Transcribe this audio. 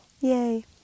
yay